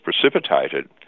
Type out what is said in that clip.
precipitated